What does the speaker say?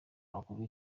hakorwa